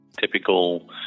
typical